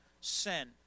sin